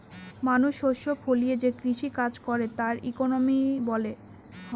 মানুষ শস্য ফলিয়ে যে কৃষি কাজ করে তার ইকোনমি হয়